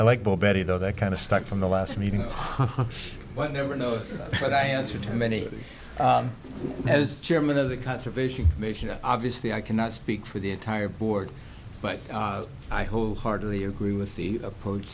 i like but betty though that kind of struck from the last meeting one never knows but i answer to many as chairman of the conservation maisha obviously i cannot speak for the entire board but i wholeheartedly agree with the approach